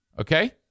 Okay